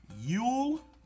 Yule